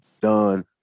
done